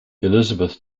elizabeth